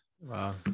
wow